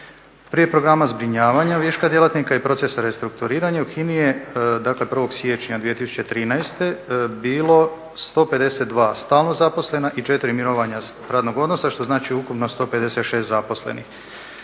Prije programa zbrinjavanja viška djelatnika i procesa restrukturiranja u HINA-i je dakle 1. siječnja 2013. bilo 152 stalno zaposlena i 4 mirovanja radnog odnosa, što znači ukupno 156 zaposlenih.